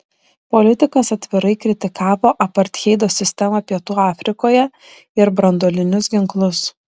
politikas atvirai kritikavo apartheido sistemą pietų afrikoje ir branduolinius ginklus